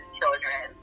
children